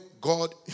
God